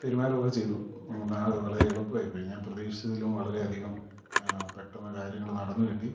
പെരുമാറുമൊക്കെ ചെയ്തു വളരെ എളുപ്പമായിപ്പോയി ഞാൻ പ്രതീക്ഷിച്ചതിലും വളരെ അധികം പെട്ടെന്നു കാര്യങ്ങൾ നടന്നു കിട്ടി